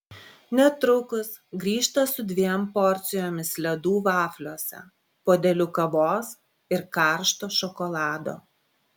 netrukus grįžta su dviem porcijomis ledų vafliuose puodeliu kavos ir karšto šokolado